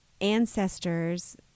ancestors